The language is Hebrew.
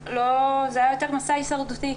זה היה יותר מסע הישרדותי.